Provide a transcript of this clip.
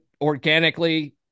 organically